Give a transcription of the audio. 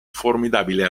formidabile